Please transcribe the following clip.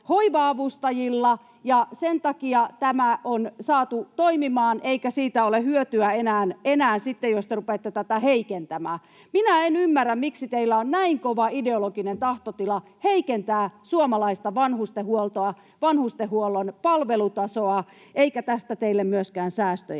hoiva-avustajilla, ja sen takia tämä on saatu toimimaan, eikä siitä ole hyötyä enää sitten, jos te rupeatte tätä heikentämään. Minä en ymmärrä, miksi teillä on näin kova ideologinen tahtotila heikentää suomalaista vanhustenhuoltoa, vanhustenhuollon palvelutasoa, eikä tästä teille myöskään säästöjä